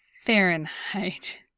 Fahrenheit